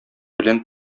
белән